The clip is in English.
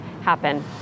happen